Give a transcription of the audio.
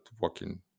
working